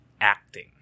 acting